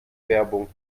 werbung